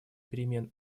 перемен